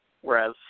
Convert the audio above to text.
whereas